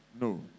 No